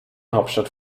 hauptstadt